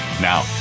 Now